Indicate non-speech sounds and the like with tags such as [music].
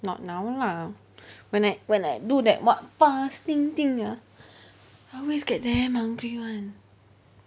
not now lah [breath] when I when I do that what fasting thing ah [breath] I always get damn hungry [one]